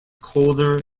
colder